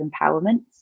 empowerment